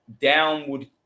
downward